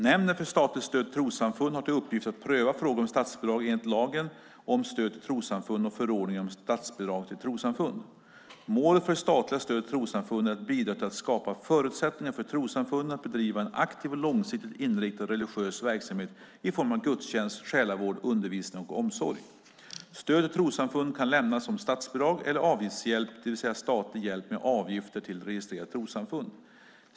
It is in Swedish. Nämnden för statligt stöd till trossamfund har till uppgift att pröva frågor om statsbidrag enligt lagen om stöd till trossamfund och förordningen om statsbidrag till trossamfund. Målet för det statliga stödet till trossamfund är att bidra till att skapa förutsättningar för trossamfunden att bedriva en aktiv och långsiktigt inriktad religiös verksamhet i form av gudstjänst, själavård, undervisning och omsorg. Stöd till trossamfund kan lämnas som statsbidrag eller avgiftshjälp, det vill säga statlig hjälp med avgifter till registrerat trossamfund.